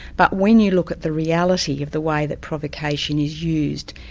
but when you look at the reality of the way that provocation is used,